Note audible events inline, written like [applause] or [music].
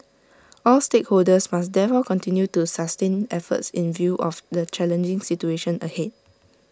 all stakeholders must [unintelligible] continue to sustain efforts in view of the challenging situation ahead